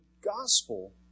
gospel